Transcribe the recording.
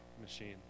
machine